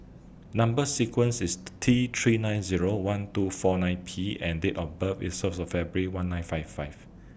Number sequence IS T three nine Zero one two four five P and Date of birth IS First of February one nine five five